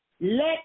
let